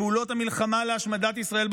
בפעולות המלחמה להשמדת ישראל,